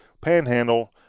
panhandle